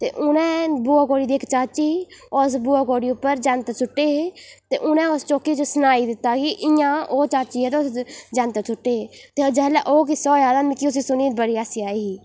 ते उ'नें बुआ कोड़ी दी इक चाची ही उस बुआ कोड़ी उप्पर जैंतर सुट्टे हे ते उनें उस्स चौकी च सनाई दित्ता कि इ'यां ओह् चाची ऐ ते उसदे जैंतर सुट्टे हे ते जेल्लै ओह् किस्सा होएया हा ते मिकी उसी सुनियै बड़ी हंसी आई ही